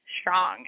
strong